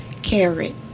Carrot